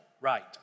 right